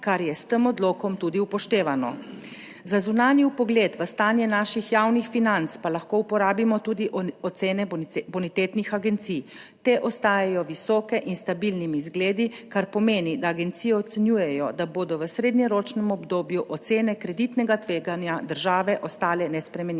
kar je s tem odlokom tudi upoštevano. Za zunanji vpogled v stanje naših javnih financ pa lahko uporabimo tudi ocene bonitetnih agencij. Te ostajajo visoke in s stabilnimi izgledi, kar pomeni, da agencije ocenjujejo, da bodo v srednjeročnem obdobju ocene kreditnega tveganja države ostale nespremenjene,